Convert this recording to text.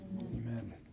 amen